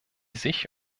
sich